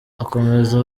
akomeza